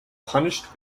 punished